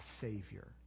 savior